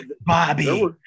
bobby